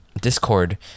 Discord